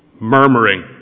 Murmuring